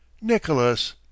nicholas